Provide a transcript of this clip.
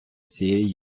цієї